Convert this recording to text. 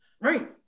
Right